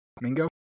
Mingo